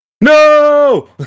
No